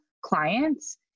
clients